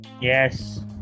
yes